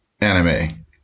Anime